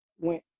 went